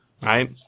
right